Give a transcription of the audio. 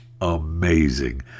amazing